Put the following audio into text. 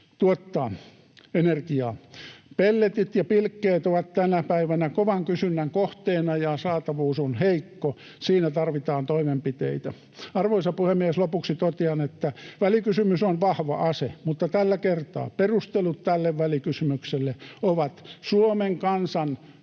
tuottaa energiaa. Pelletit ja pilkkeet ovat tänä päivänä kovan kysynnän kohteena, ja saatavuus on heikko. Siinä tarvitaan toimenpiteitä. Arvoisa puhemies! Lopuksi totean, että välikysymys on vahva ase, mutta tällä kertaa perustelut tälle välikysymykselle ovat Suomen kansan